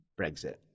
Brexit